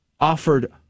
offered